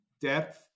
Depth